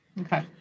Okay